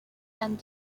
and